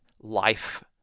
life